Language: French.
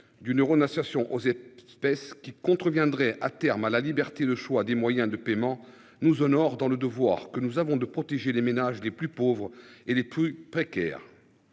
du neurone assertion. Space qui contreviendraient à terme à la liberté de choix des moyens de paiement nous au nord dans le devoir que nous avons de protéger les ménages les plus pauvres et les plus précaires.